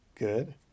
good